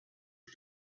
was